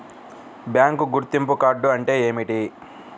Bank గుర్తింపు card అంటే ఏమిటి?